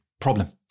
problem